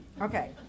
Okay